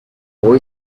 boy